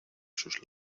sus